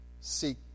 seek